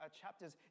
chapters